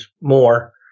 more